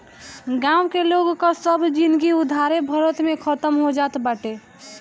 गांव के लोग कअ सब जिनगी उधारे भरत में खतम हो जात बाटे